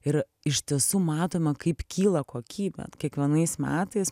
ir iš tiesų matome kaip kyla kokybė kiekvienais metais